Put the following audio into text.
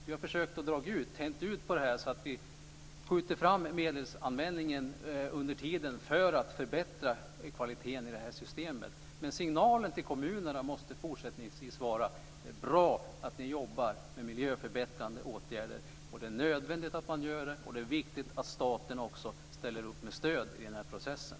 Vi har försökt dra och tänja ut det hela så att vi skjuter fram medelsanvändningen under tiden för att förbättra kvaliteten i systemet. Signalen till kommunerna måste fortsättningsvis vara att det är bra att de jobbar med miljöförbättrande åtgärder. Det är nödvändigt att man gör det, och det är viktigt att staten också ställer upp med stöd i processen.